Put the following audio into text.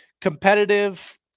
competitive